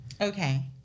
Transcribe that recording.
Okay